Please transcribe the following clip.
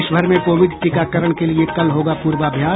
देश भर में कोविड टीकाकरण के लिए कल होगा पूर्वाभ्यास